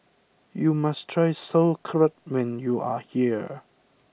you must try Sauerkraut when you are here